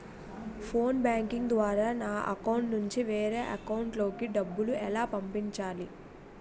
Phone banking ద్వారా నా account నుంచి వేరే అకౌంట్ లోకి డబ్బులు ఎలా పంపించాలి?